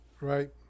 right